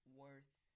worth